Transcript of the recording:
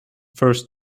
first